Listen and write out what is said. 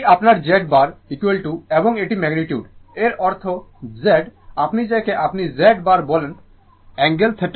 এটি আপনার Z বার এবং এটি ম্যাগনিটিউড এর অর্থ Z আপনার যাকে আপনি Z বার বলেন Z অ্যাঙ্গেল θ